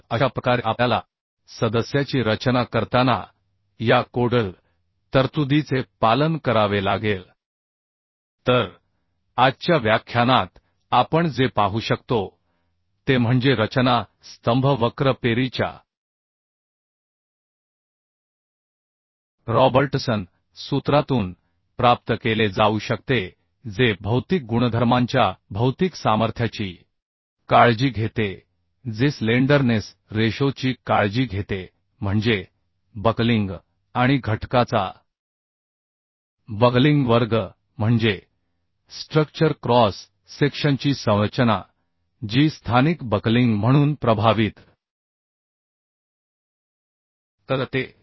तर अशा प्रकारे आपल्याला सदस्याची रचना करताना या कोडल तरतुदीचे पालन करावे लागेल तर आजच्या व्याख्यानात आपण जे पाहू शकतो ते म्हणजे रचना स्तंभ वक्र पेरीच्या रॉबर्टसन सूत्रातून प्राप्त केले जाऊ शकते जे भौतिक गुणधर्मांच्या भौतिक सामर्थ्याची काळजी घेते जे स्लेंडरनेस रेशोची काळजी घेते म्हणजे बकलिंग आणि घटकाचा बकलिंग वर्ग म्हणजे स्ट्रक्चर क्रॉस सेक्शनची संरचना जी स्थानिक बकलिंग म्हणून प्रभावित करते